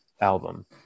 album